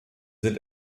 sind